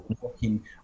Walking